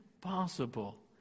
possible